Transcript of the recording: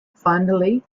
finally